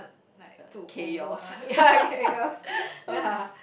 like took over ya it it was ya